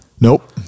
Nope